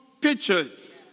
pictures